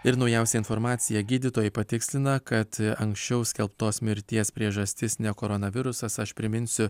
ir naujausia informacija gydytojai patikslina kad anksčiau skelbtos mirties priežastis ne koronavirusas aš priminsiu